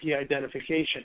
identification